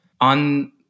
on